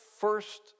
first